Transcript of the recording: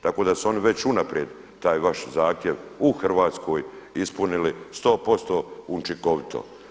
Tako da su oni već unaprijed taj vaš zahtjev u Hrvatskoj ispunili 100% učinkovito.